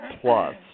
plus